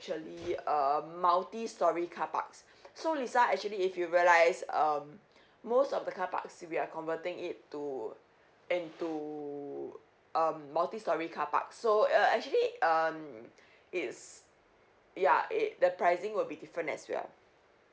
actually um multi storey car parks so lisa actually if you realise um most of the carparks we're converting it to into um multi storey carpark so uh actually um it's ya it the pricing will be different as well